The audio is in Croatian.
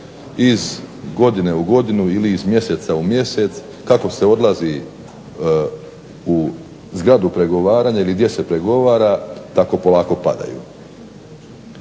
iz godine u godinu ili iz mjeseca u mjesec, kako se odlazi u zgradu pregovaranja ili gdje se pregovara tako polako padaju.